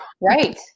Right